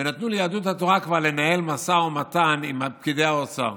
וכבר נתנו ליהדות התורה לנהל משא ומתן עם פקידי האוצר,